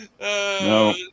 No